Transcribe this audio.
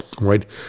right